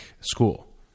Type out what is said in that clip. school